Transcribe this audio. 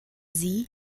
sie